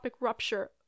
rupture